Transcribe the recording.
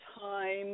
time